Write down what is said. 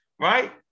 right